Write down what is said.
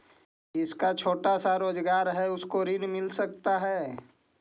जिसका छोटा सा रोजगार है उसको ऋण मिल सकता है?